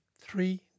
three